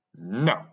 no